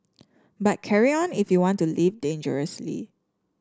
but carry on if you want to live dangerously